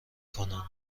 کنن